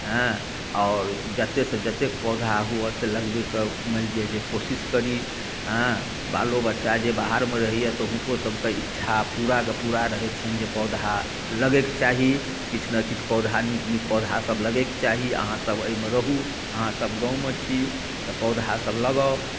हँ आओर जतेकसँ जतेक पौधा हुअय से लगबैके मानि लिअ जे कोशिश करी हँ बालो बच्चा जे बाहरमे रहैए तऽ हुनको सभके इच्छा पूरा कऽ पूरा रहै छनि जे पूरा लगैक चाही किछु ने किछु पौधा नीक नीक पौधासभ लगैक चाही अहाँसभ एहिमे रहू अहाँसब गाममे छी तऽ पौधासभ लगाउ